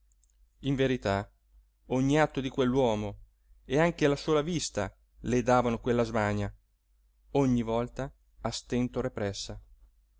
in verità ogni atto di quell'uomo e anche la sola vista le davano quella smania ogni volta a stento repressa